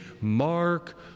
mark